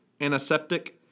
antiseptic